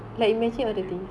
ya I can go inside the toilet